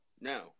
No